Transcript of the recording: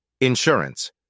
Insurance